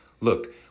Look